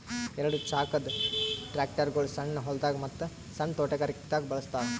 ಎರಡ ಚಾಕದ್ ಟ್ರ್ಯಾಕ್ಟರ್ಗೊಳ್ ಸಣ್ಣ್ ಹೊಲ್ದಾಗ ಮತ್ತ್ ಸಣ್ಣ್ ತೊಟಗಾರಿಕೆ ದಾಗ್ ಬಳಸ್ತಾರ್